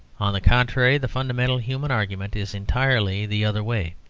on the contrary, the fundamental human argument is entirely the other way.